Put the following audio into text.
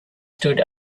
stood